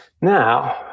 Now